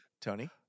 Tony